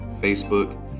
Facebook